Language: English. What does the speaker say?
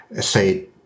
say